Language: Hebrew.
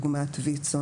כדוגמת ויצו,